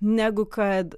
negu kad